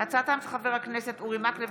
בהצעתם של חברי הכנסת אורי מקלב,